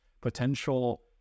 potential